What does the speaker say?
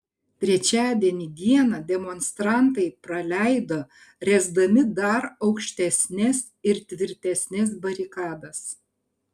trečiadienį dieną demonstrantai praleido ręsdami dar aukštesnes ir tvirtesnes barikadas